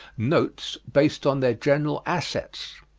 notes based on their general assets?